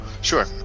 Sure